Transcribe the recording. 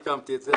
אני הקמתי את זה,